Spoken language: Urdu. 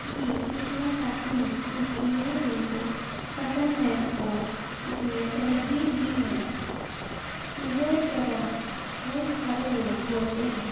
بھی سیکھنا چاہتی ہیں کیونکہ یہ ان کو پسند ہے اور اس میں تہذیب بھی ہے یہ زبان بہت سارے لوگ بولتے ہیں